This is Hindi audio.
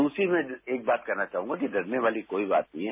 दूसरी मैं एक बात कहना चाहंगा कि डरने वाली कोई बात नहीं है